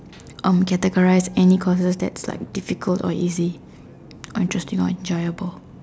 um categorise any courses that like difficult or easy or interesting and enjoyable